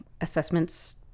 assessments